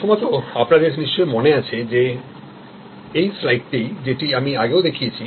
প্রথমত আপনাদের নিশ্চয়ই মনে আছে এই স্লাইডটি যেটা আমি আগেও দেখিয়েছি